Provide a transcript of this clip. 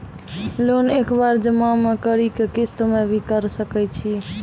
Loan एक बार जमा म करि कि किस्त मे भी करऽ सके छि?